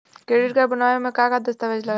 Credit card बनवावे म का का दस्तावेज लगा ता?